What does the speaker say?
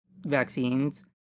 vaccines